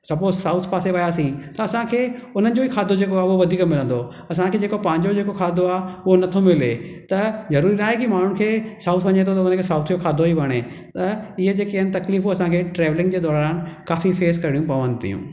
suppose south पासे वयासीं त असां खे हुननि जो ई खाधो जेको आ उहो वधीक मिलंदो असां खे जेको पाहिंजो जेको खाधो उहो नथो मिले त ज़रूरी न आहे कि माण्हुनि खे साउथ वञे तो त हुन खे साउथ जो खाधो ई वणे त इहे जेके आहिनि तकलीफ़ूं असां खे ट्रैवलिंग जे दौरानि काफ़ी फेस करणियूं पवनि थियूं